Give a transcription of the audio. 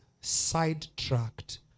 sidetracked